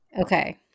Okay